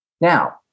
Now